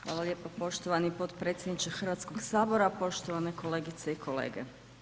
Hvala lijepa poštovani potpredsjedniče Hrvatskoga sabora, poštovane kolegice i kolege.